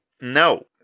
No